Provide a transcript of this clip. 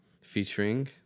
Featuring